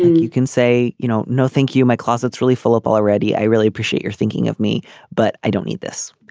you can say you know no thank you my closets really fill up already. i really appreciate you're thinking of me but i don't need this.